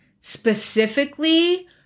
specifically